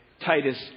Titus